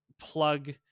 plug